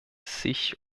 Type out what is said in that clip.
sich